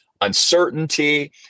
uncertainty